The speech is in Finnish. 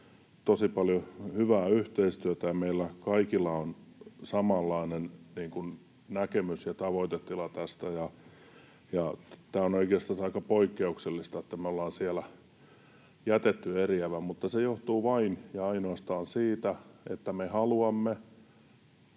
tosi paljon hyvää yhteistyötä ja meillä kaikilla on samanlainen näkemys ja tavoitetila tästä. Ja tämä on oikeastansa aika poikkeuksellista, että me ollaan siellä jätetty eriävä, mutta se johtuu vain ja ainoastaan siitä, että me haluamme